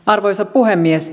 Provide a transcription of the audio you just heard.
arvoisa puhemies